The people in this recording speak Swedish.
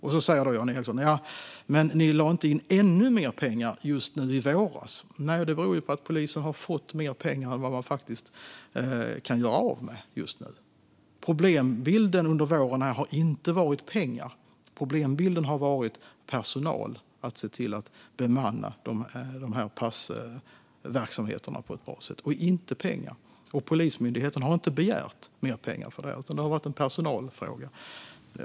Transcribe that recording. Då säger Jan Ericson: Ja, men ni lade inte in ännu mer pengar just i våras. Nej, det beror på att polisen har fått mer pengar än vad man faktiskt kan göra av med just nu. Problembilden under våren har inte handlat om pengar. Problembilden har handlat om personal. Det har handlat om att se till att bemanna passverksamheterna på ett bra sätt och inte om pengar. Polismyndigheten har inte begärt mer pengar för detta, utan det har varit en personalfråga.